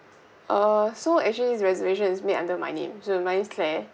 uh so actually this reservation is made under my name so my name is claire